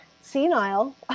senile